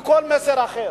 יותר מכל מסר אחר.